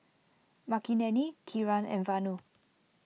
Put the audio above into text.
Makineni Kiran and Vanu